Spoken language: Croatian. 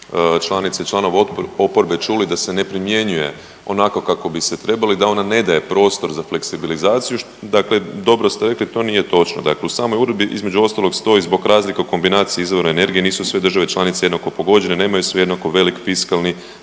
članica i članova oporbe čuli da se ne primjenjuje onako kako bi se trebala i da ona ne daje prostor za fleksibilizaciju, dakle dobro ste rekli, to nije točno. Dakle u samoj uredbi između ostalog stoji zbog razlika u kombinaciji izvora energije nisu sve države članice jednako pogođene, nemaju sve jednako velik fiskalni